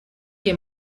que